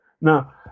Now